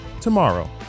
tomorrow